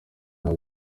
nta